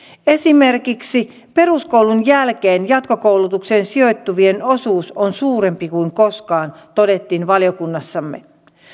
esimerkiksi peruskoulun jälkeen jatkokoulutukseen sijoittuvien osuus on suurempi kuin koskaan todettiin valiokunnassamme